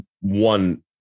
one